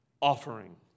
offering